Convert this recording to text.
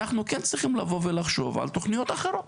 אנחנו כן צריכים לבוא ולחשוב על תכניות אחרות.